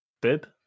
bib